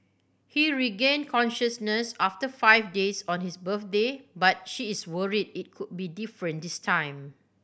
he regained consciousness after five days on his birthday but she is worried it could be different this time